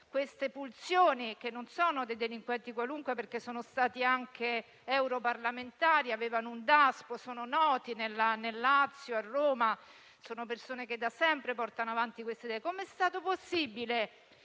queste pulsioni e che non sono delinquenti qualunque - sono stati anche europarlamentari, avevano un Daspo e sono note nel Lazio, a Roma, come persone che da sempre portano avanti queste idee - raggiungessero